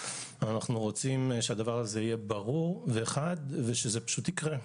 אבל אנחנו רוצים שהדבר הזה יהיה ברור וחד ושזה פשוט יקרה.